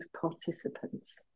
participants